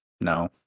no